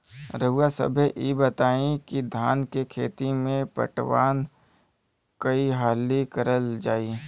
रउवा सभे इ बताईं की धान के खेती में पटवान कई हाली करल जाई?